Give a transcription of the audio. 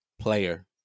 player